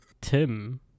Tim